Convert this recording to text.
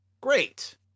Great